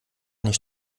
nicht